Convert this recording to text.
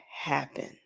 happen